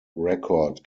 record